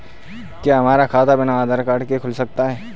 क्या हमारा खाता बिना आधार कार्ड के खुल सकता है?